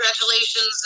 congratulations